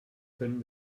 können